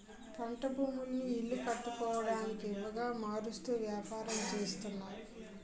పంట భూములను ఇల్లు కట్టుకోవడానికొనవుగా మారుస్తూ వ్యాపారం చేస్తున్నారు